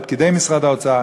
לפקידי משרד האוצר: